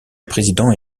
président